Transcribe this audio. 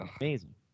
Amazing